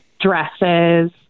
dresses